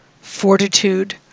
fortitude